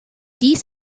dies